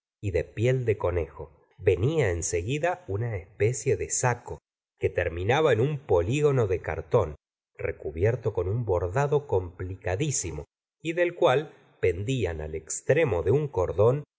y de piel de conejo venia en seguida una especie de saco que terminaba en un polígono de cartón recubierto con un bordado complicadísimo y del cual pendían al extremo de un cordón